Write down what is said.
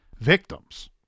victims